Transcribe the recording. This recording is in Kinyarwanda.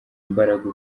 imbaraga